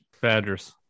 Badgers